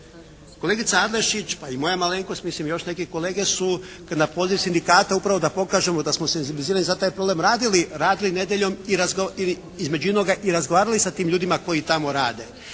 Kolegica Adlešić pa i moja malenkost, mislim i još neki kolege su na poziv Sindikata upravo da pokažemo da smo senzibilizirani za taj problem radili nedjeljom i između inoga i razgovarali sa tim ljudima koji tamo rade.